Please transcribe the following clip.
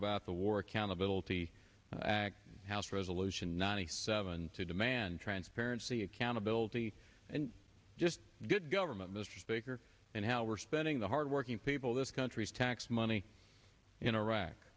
about the war accountability act house resolution ninety seven to demand transparency accountability and just good government mr speaker and how we're spending the hard working people this country's tax money in iraq